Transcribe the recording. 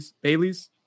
bailey's